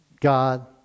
God